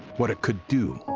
what it could do.